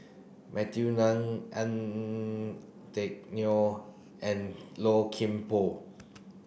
Matthew Ngui Teck Neo and Low Kim Pong